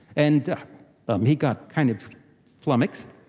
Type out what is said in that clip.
and um he got kind of flummoxed,